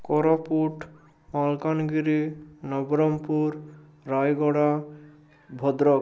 Koraput Malkangiri Nabarangpur Rayagada Bhadrak